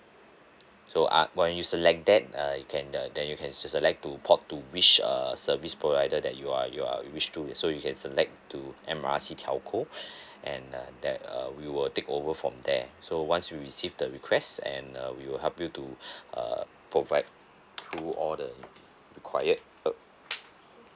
so uh when you select that uh you can uh then you can just select to port to which err service provider that you are you are wish to so you can select to M R C telco and uh that uh we will take over from there so once we received the request and uh we will help you to err provide all the required uh